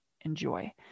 enjoy